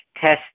test